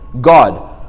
God